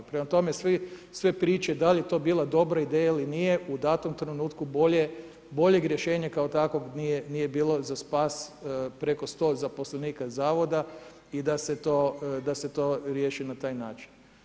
Prema tome, sve priče dal je to bila dobra ideja ili nije, u datom trenutku boljeg rješenja kao takvog nije bilo za spas preko 100 zaposlenika Zavoda i da se to riješi na taj način.